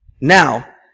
Now